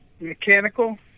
Mechanical